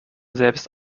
selbst